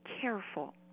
careful